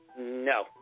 No